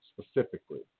specifically